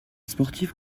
sportifs